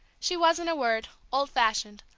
she was, in a word, old-fashioned,